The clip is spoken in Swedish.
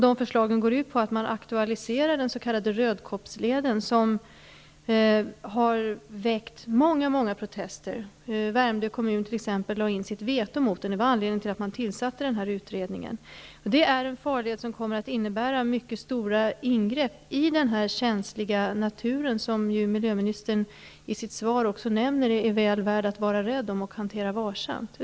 De går ut på att man aktualiserar den s.k. Rödkobbsleden, som har väckt många protester. Värmdö kommun lade t.ex. in sitt veto mot den. Det var anledningen till att man tillsatte denna utredning. Det är en farled som kommer att innebära mycket stora ingrepp i den känsliga natur, som miljöministern i sitt svar nämner är väl värd att vara rädd om och hantera varsamt.